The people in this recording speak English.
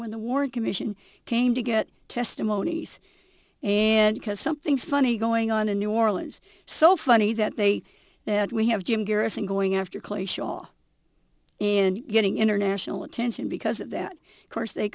when the warren commission came to get testimonies and because something's funny going on in new orleans so funny that they that we have jim garrison going after clay shaw and getting international attention because of that course they